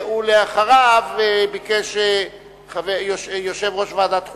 ואחריו, ביקש יושב-ראש ועדת החוקה.